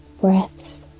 breaths